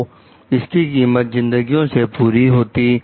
तो इसकी कीमत जिंदगियों से पूरी होती